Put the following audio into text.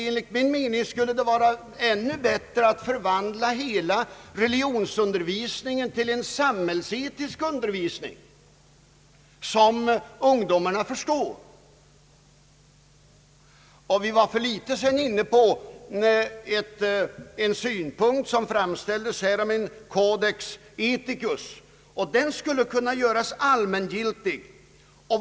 Enligt min mening skulle det vara ännu bättre att förvandla hela religionsundervisningen till en samhällsetisk undervisning, som ungdomarna förstår. För litet sedan var vi inne på kravet på en codex ethicus. Den skulle kunna göras allmängiltig.